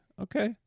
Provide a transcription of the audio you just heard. Okay